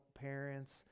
parents